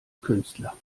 künstler